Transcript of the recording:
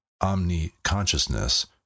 omni-consciousness